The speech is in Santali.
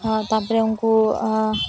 ᱛᱟᱯᱚᱨᱮ ᱩᱱᱠᱩ